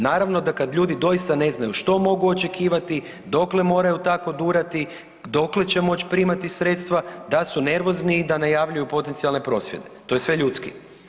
Naravno da kad ljudi doista ne znaju što mogu očekivati, dokle moraju tako durati, dokle će moć primati sredstva da su nervozni i da najavljuju potencijalne prosvjede, to je sve ljudski.